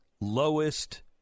lowest